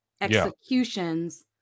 executions